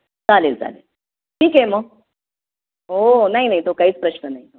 चालेल चालेल ठीक आहे मग हो नाही नाही तो काहीच प्रश्न नाही